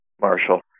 Marshall